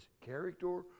character